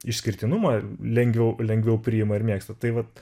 išskirtinumą lengviau lengviau priima ir mėgsta tai vat